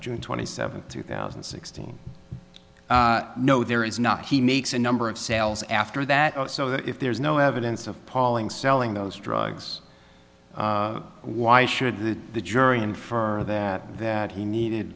june twenty seventh two thousand and sixteen no there is not he makes a number of sales after that so that if there is no evidence of palling selling those drugs why should the jury and for that that he needed